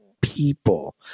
people